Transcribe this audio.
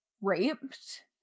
raped